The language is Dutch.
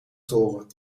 toren